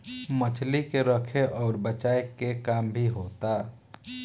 मछली के रखे अउर बचाए के काम भी होता